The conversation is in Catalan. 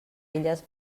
filles